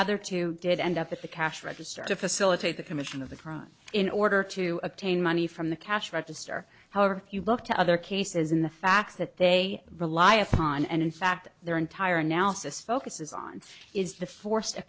other two did end up at the cash register to facilitate the commission of the crime in order to obtain money from the cash register however if you look to other cases in the facts that they rely upon and in fact their entire analysis focuses on is the force